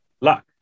luck